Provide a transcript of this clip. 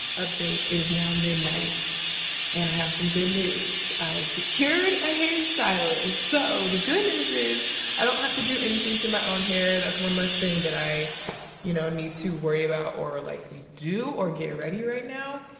update, it is now midnight and i have some good news. i secured a hairstylist. so, the good news is i don't have to do anything to my own hair. that's one less thing that i you know need to worry about, or like do, or get ready right now.